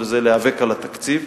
וזה להיאבק על התקציב,